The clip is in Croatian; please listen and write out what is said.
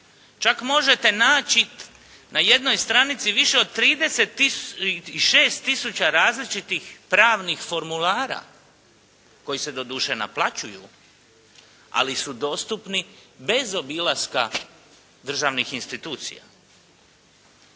Čak možete naći na jednoj stranici više od 36000 različitih pravnih formulara koji se doduše naplaćuju, ali su dostupni bez obilaska državnih institucija.